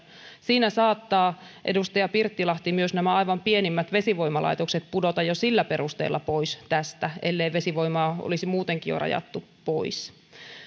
siinä saattavat edustaja pirttilahti myös nämä aivan pienimmät vesivoimalaitokset pudota jo sillä perusteella pois tästä ellei vesivoimaa olisi muutenkin jo rajattu pois